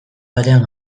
batean